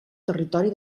territori